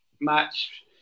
match